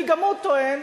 כי גם הוא טוען